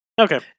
Okay